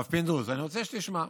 הרב פינדרוס, אני רוצה שתשמע.